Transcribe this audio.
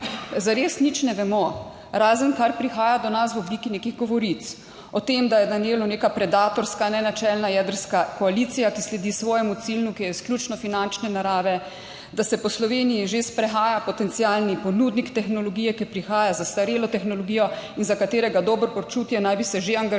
Zares nič ne vemo. Razen kar prihaja do nas v obliki nekih govoric. O tem, da je Danijelu neka predatorska nenačelna jedrska koalicija, ki sledi svojemu cilju, ki je izključno finančne narave. Da se po Sloveniji že sprehaja potencialni ponudnik tehnologije, ki prihaja z zastarelo tehnologijo in za katerega dobro počutje naj bi se že angažirali